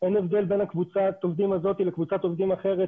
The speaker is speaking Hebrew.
אין הבדל בין קבוצת העובדים הזו לקבוצת עובדים אחרת